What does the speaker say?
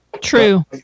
True